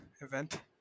event